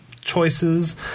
choices